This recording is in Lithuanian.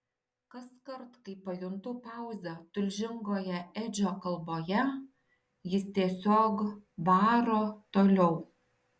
kaskart kai pajuntu pauzę tulžingoje edžio kalboje jis tiesiog varo toliau